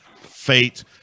Fate